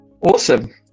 Awesome